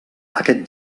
aquest